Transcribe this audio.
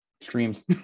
streams